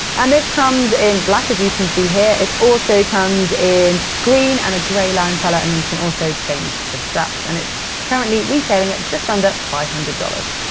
and this comes in black as you can see here. it also comes in green and a gray lime color and you can also change the straps. and it's currently retailing at just under five hundred dollars.